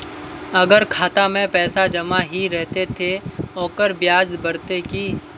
अगर खाता में पैसा जमा ही रहते ते ओकर ब्याज बढ़ते की?